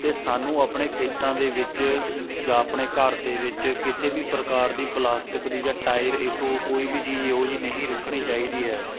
ਅਤੇ ਸਾਨੂੰ ਆਪਣੇ ਖੇਤਾਂ ਦੇ ਵਿੱਚ ਜਾ ਆਪਣੇ ਘਰ ਦੇ ਵਿੱਚ ਕਿਸੇ ਵੀ ਪ੍ਰਕਾਰ ਦੀ ਪਲਾਸਟਿਕ ਦੀ ਜਾਂ ਟਾਇਰ ਏਸੋ ਕੋਈ ਵੀ ਚੀਜ਼ ਇਹੋ ਜਿਹੀ ਨਹੀਂ ਰੱਖਣੀ ਚਾਹੀਦੀ ਹੈ